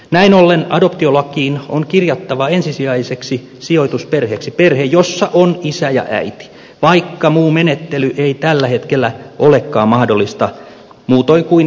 näin ollen adoptiolakiin on kirjattava ensisijaiseksi sijoitusperheeksi perhe jossa on isä ja äiti vaikka muu menettely ei tällä hetkellä olekaan mahdollista muutoin kuin erityistapauksissa